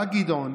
גדעון,